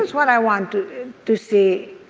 what i want to see.